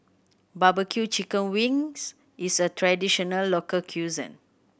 barbecue chicken wings is a traditional local cuisine